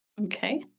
Okay